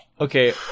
Okay